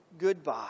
goodbye